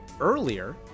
earlier